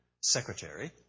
secretary